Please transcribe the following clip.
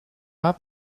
have